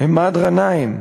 עימאד גנאים,